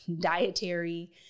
dietary